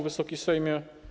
Wysoki Sejmie!